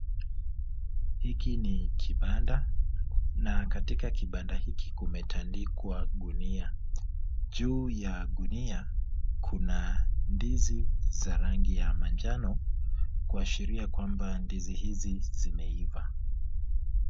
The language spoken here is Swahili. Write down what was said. Hiki ni kibanda na katika kibanda hiki kumetandikwa gunia. Juu ya gunia kuna ndizi za rangi ya manjano kuashiria kwamba ndizi hizi zimeiva.